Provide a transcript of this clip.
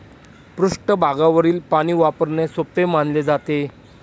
पृष्ठभागावरील पाणी वापरणे सोपे मानले जाते